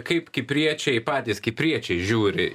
kaip kipriečiai patys kipriečiai žiūri